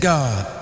God